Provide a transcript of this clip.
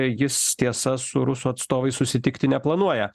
jis tiesa su rusų atstovais susitikti neplanuoja